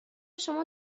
شما